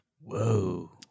Whoa